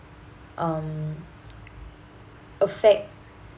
um affect